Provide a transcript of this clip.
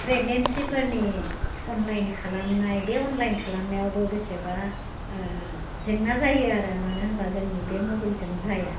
प्रेगनेन्सिफोरनि online खालामनाय बे online खालामनायावबो बेसेबा जेंना जायो आरो मानो होनबा जोंनि बे मबेलजों जाया